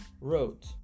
wrote